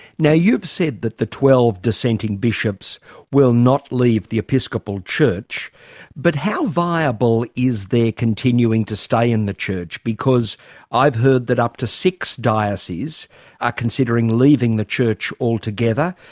now you've said that the twelve dissenting bishops will not leave the episcopal church but how viable is their continuing to stay in the church? because i've heard that up to six dioceses are considering leaving the church altogether.